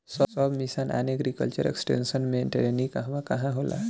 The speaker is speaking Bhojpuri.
सब मिशन आन एग्रीकल्चर एक्सटेंशन मै टेरेनीं कहवा कहा होला?